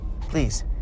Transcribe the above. please